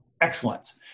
excellence